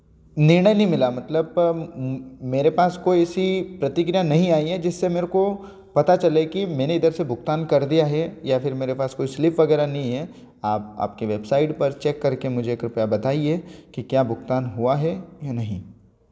निर्णय नहीं मिला मतलब मेरे पास कोई ऐसी प्रतिक्रिया नहीं आई है जिससे मेरे को पता चले कि मैंने इधर से भुगतान कर दिया है या फिर मेरे पास कोई स्लिप वगैरह नहीं है आप आपकी वेबसाइट पर चेक करके मुझे कृपया बताएं कि क्या भुगतान हुआ है या नहीं